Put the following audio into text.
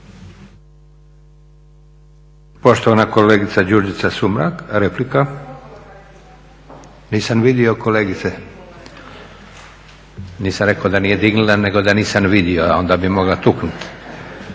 Poštovana kolegica Đurđica Sumrak, replika. Nisam vidio kolegice. Nisam rekao da nije dignula, nego da nisam vidio, onda bi mogla tuknut.